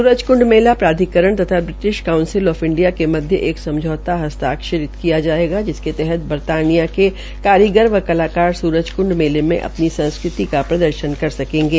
सुरजकंड मेला प्राधिकरण तथा ब्रिटिश कांऊसिल आफ इंडिया के मध्य एक समझौता हस्ताक्षरित किया जायेगा जिसके तहत बरतानिया के कारीगर व कलाकार सूरजकंड मेले में अपनी संस्कृति का प्रदर्शन कर सकेंगे